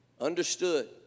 Understood